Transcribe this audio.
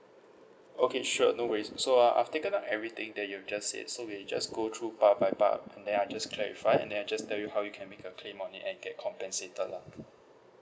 okay sure no worries so uh I've taken up everything that you have just said so we just go through up part by part and then I just clarify and then I just tell you how you can make a claim on it and get compensated lah